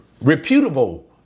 reputable